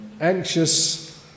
anxious